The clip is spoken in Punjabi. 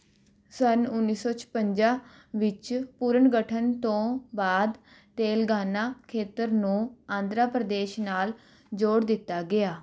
ਸੰਨ ਉੱਨੀ ਸੌ ਛਪੰਜਾ ਵਿੱਚ ਪੁਨਰਗਠਨ ਤੋਂ ਬਾਅਦ ਤੇਲੰਗਾਨਾ ਖੇਤਰ ਨੂੰ ਆਂਧਰਾ ਪ੍ਰਦੇਸ਼ ਨਾਲ ਜੋੜ ਦਿੱਤਾ ਗਿਆ